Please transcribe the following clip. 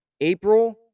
April